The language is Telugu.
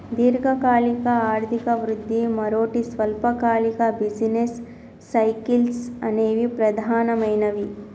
దీర్ఘకాలిక ఆర్థిక వృద్ధి, మరోటి స్వల్పకాలిక బిజినెస్ సైకిల్స్ అనేవి ప్రధానమైనవి